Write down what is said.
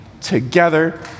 together